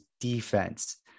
defense